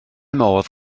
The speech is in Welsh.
modd